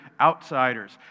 outsiders